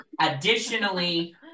Additionally